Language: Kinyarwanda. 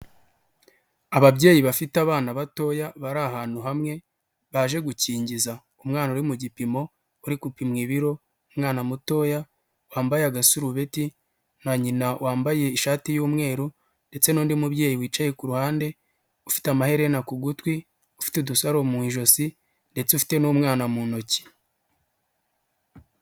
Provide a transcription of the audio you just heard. Ababyeyi bafite abana batoya bari ahantu hamwe baje gukingiza, umwana uri mu gipimo uri gupimwa, ibiro umwana mutoya wambaye agasarubeti, na nyina wambaye ishati y'umweru ndetse n'undi mubyeyi wicaye kuru ruhande ufite amaherena ku gutwi, ufite udusaro mu ijosi ndetsete n'umwana mu ntoki.